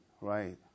right